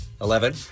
Eleven